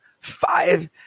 five